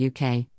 UK